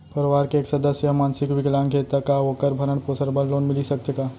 परवार के एक सदस्य हा मानसिक विकलांग हे त का वोकर भरण पोषण बर लोन मिलिस सकथे का?